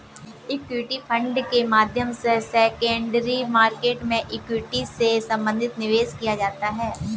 equity fund के माध्यम से सेकेंडरी मार्केट में इक्विटी से संबंधित निवेश किया जाता है